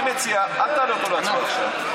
אני מציע, אל תעלה אותו להצבעה עכשיו.